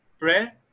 prayer